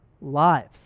lives